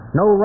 no